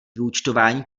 vyúčtování